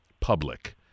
public